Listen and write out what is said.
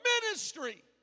ministry